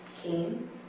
Came